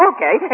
Okay